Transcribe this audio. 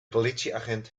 politieagent